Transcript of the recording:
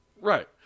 Right